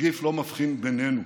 הנגיף לא מבחין בינינו.